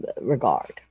regard